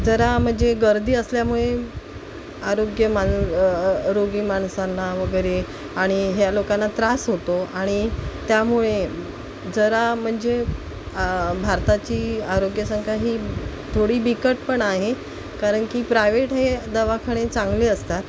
जरा म्हणजे गर्दी असल्यामुळे आरोग्य माण रोगी माणसांना वगैरे आणि ह्या लोकांना त्रास होतो आणि त्यामुळे जरा म्हणजे भारताची आरोग्य संख्या ही थोडी बिकट पण आहे कारण की प्रायव्हेट हे दवाखाने चांगले असतात